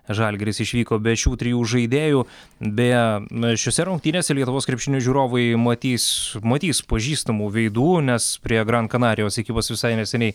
žalgiris išvyko be šių trijų žaidėjų beje na šiose rungtynėse lietuvos krepšinio žiūrovai matys matys pažįstamų veidų nes prie gran kanarijos ekipos visai neseniai